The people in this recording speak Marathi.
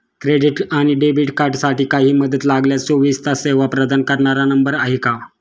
क्रेडिट आणि डेबिट कार्डसाठी काही मदत लागल्यास चोवीस तास सेवा प्रदान करणारा नंबर आहे का?